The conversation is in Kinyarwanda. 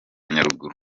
nyaruguru